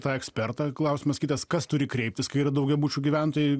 tą ekspertą klausimas kitas kas turi kreiptis kai yra daugiabučių gyventojai